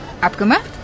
Abgemacht